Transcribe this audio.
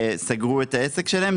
שסגרו את העסק שלהם.